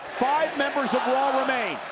five members of raw remain,